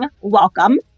welcome